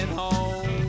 home